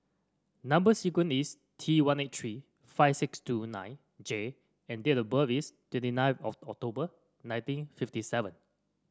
number sequence is T one eight three five six two nine J and date of birth is twenty nine of October nineteen fifty seven